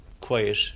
quiet